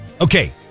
Okay